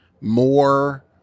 more